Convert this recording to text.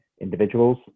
individuals